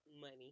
money